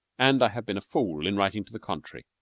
and i have been a fool in writing to the contrary.